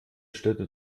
städte